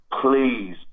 Please